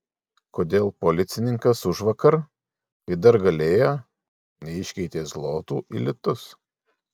kodėl policininkas užvakar kai dar galėjo neiškeitė zlotų į litus